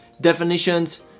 definitions